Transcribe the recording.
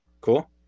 cool